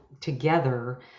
together